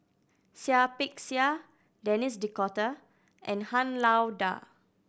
Seah Peck Seah Denis D'Cotta and Han Lao Da